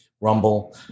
Rumble